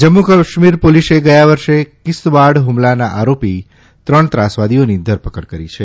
Jammu Kashmir police ગયા વર્ષે કિશ્તવાડ ફમલાના આરોપી ત્રણ ત્રાસવાદીઓની ધરપકડ કરી છે